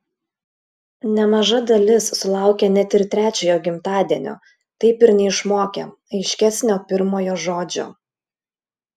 nemaža dalis sulaukia net ir trečiojo gimtadienio taip ir neišmokę aiškesnio pirmojo žodžio